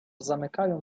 zamykają